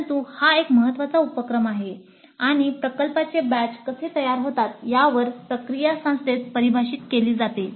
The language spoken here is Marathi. परंतु हा एक महत्वाचा उपक्रम आहे आणि प्रकल्पाचे बॅच कसे तयार होतात यावर प्रक्रिया संस्थेत परिभाषित केली जाते